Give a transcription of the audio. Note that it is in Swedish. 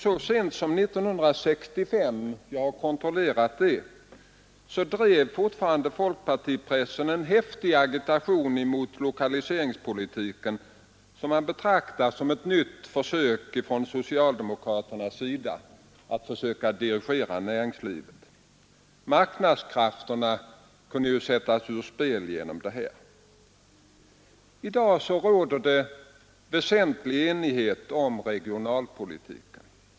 Så sent som 1965 — jag har kontrollerat det — drev folkpartipressen 71 fortfarande en häftig agitation mot lokaliseringspolitiken, som man betraktade som ett nytt försök från socialdemokraternas sida att dirigera näringslivet. Marknadskrafterna kunde därigenom sättas ur spel, hette det. I dag råder det till väsentlig del enighet om regionalpolitiken.